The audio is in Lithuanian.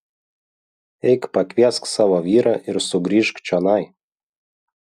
eik pakviesk savo vyrą ir sugrįžk čionai